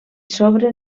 sobre